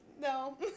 No